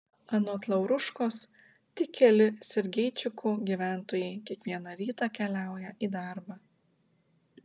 anot lauruškos tik keli sergeičikų gyventojai kiekvieną rytą keliauja į darbą